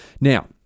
Now